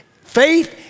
Faith